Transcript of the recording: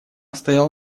стояла